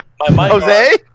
Jose